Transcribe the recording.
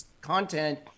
content